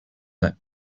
let